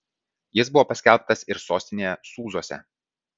jis buvo paskelbtas ir sostinėje sūzuose